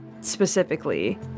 specifically